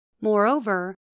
Moreover